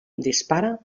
dispara